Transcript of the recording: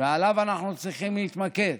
ובו אנחנו צריכים להתמקד